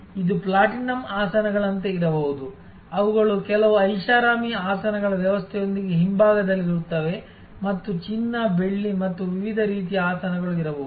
ಆದ್ದರಿಂದ ಇದು ಪ್ಲಾಟಿನಂ ಆಸನಗಳಂತೆ ಇರಬಹುದು ಅವುಗಳು ಕೆಲವು ಐಷಾರಾಮಿ ಆಸನಗಳ ವ್ಯವಸ್ಥೆಯೊಂದಿಗೆ ಹಿಂಭಾಗದಲ್ಲಿರುತ್ತವೆ ಮತ್ತು ಚಿನ್ನ ಬೆಳ್ಳಿ ಮತ್ತು ವಿವಿಧ ರೀತಿಯ ಆಸನಗಳು ಇರಬಹುದು